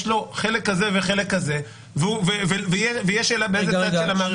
לו חלק כזה וחלק כזה ותהיה שאלה באיזה צד של המערכת